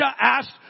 asked